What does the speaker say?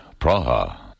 Praha